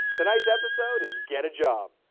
tonight's episode is, get a job!